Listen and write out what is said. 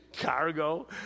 cargo